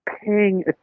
paying